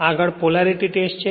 આગળ પોલેરિટીટેસ્ટ છે